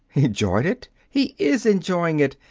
enjoyed it! he is enjoying it.